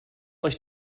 euch